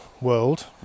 world